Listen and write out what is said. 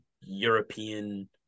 European